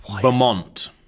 Vermont